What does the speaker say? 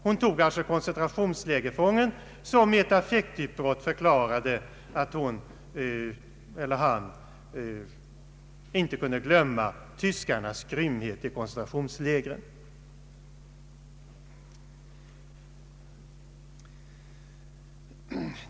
Hon nämnde koncentrationslägerfången som i ett affektutbrott för klarade att hon eller han inte kunde glömma tyskarnas grymhet i koncentrationslägret.